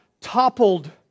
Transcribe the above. toppled